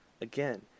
Again